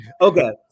Okay